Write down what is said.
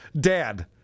dad